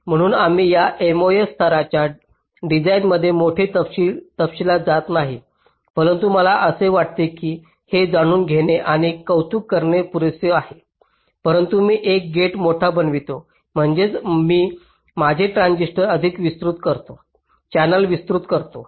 म्हणून आम्ही या MOS स्तराच्या डिझाइनमध्ये पुढील तपशीलात जात नाही परंतु मला असे वाटते की हे जाणून घेणे आणि कौतुक करणे पुरेसे आहे परंतु मी एक गेट मोठा बनवितो म्हणजेच मी माझे ट्रान्झिस्टर अधिक विस्तृत करतो चॅनेल विस्तृत करतो